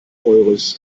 eures